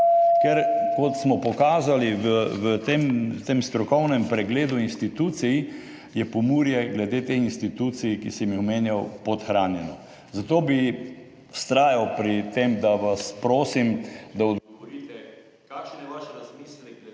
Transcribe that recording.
je, kot smo pokazali v tem strokovnem pregledu institucij, Pomurje glede teh institucij, ki sem jih omenjal, podhranjeno. Zato bi vztrajal pri tem in vas prosim, da odgovorite na naslednje